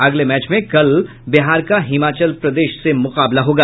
अगले मैच में कल बिहार का हिमाचल प्रदेश से मुकाबला होगा